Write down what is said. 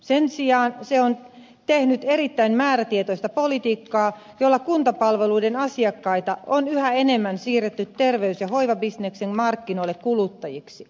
sen sijaan se on tehnyt erittäin määrätietoista politiikkaa jolla kuntapalveluiden asiakkaita on yhä enemmän siirretty terveys ja hoivabisneksen markkinoille kuluttajiksi